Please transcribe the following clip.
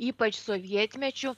ypač sovietmečiu